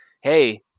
Hey